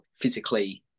physically